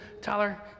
Tyler